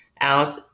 out